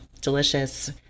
delicious